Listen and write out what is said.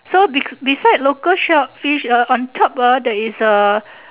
so bec beside local sharkfish uh on top uh there is a